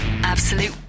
Absolute